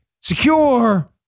Secure